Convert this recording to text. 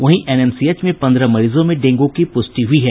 वहीं एनएमसीएच में पन्द्रह मरीजों में डेंगू की पुष्टि हुई है